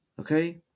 Okay